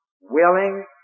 willing